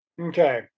Okay